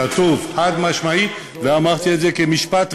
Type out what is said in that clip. כתוב, חד-משמעית, ואמרתי את זה כמשפט ראשון.